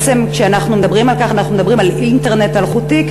כשאנחנו מדברים על כך אנחנו מדברים על אינטרנט אלחוטי,